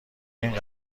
این